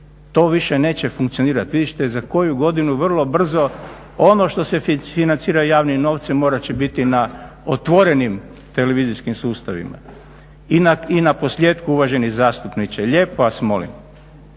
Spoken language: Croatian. To više neće funkcionirati. Vidjet ćete za koju godinu, vrlo brzo, ono što se financira javnim novcem morat će biti na otvorenim televizijskim sustavima. I naposljetku uvaženi zastupniče lijepo vas molim